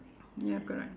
ya correct